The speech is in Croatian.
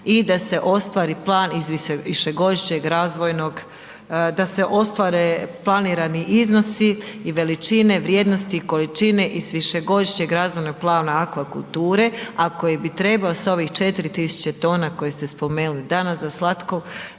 i da se ostvari iz višegodišnjeg razvojnog, da ostvare planirani iznosi i veličine vrijednosti količine iz višegodišnjeg razvojnog plana akvakulture a koji bi trebao sa ovih 4000 tona koji ste spomenuli danas za slatkovodnu